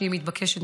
שהיא מתבקשת.